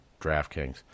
DraftKings